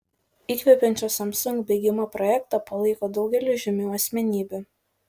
įkvepiančio samsung bėgimo projektą palaiko daugelis žymių asmenybių